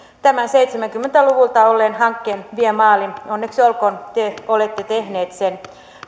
tämän seitsemänkymmentä luvulta olleen hankkeen vie maaliin onneksi olkoon te olette tehnyt sen